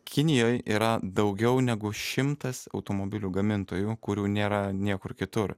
kinijoj yra daugiau negu šimtas automobilių gamintojų kurių nėra niekur kitur